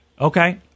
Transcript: Okay